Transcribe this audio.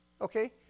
Okay